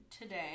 today